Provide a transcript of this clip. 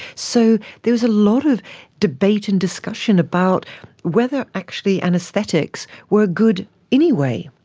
so there was a lot of debate and discussion about whether actually anaesthetics were good anyway,